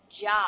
job